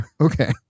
Okay